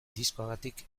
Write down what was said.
diskoagatik